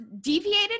deviated